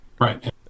Right